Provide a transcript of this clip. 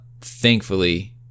thankfully